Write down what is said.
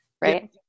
right